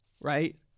right